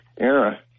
Era